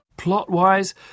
Plot-wise